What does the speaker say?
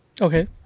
okay